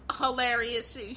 hilarious